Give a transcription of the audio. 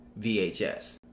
VHS